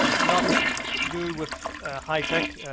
ah not to do with high tech,